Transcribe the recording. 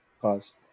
Cause